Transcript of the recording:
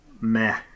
meh